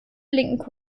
blinken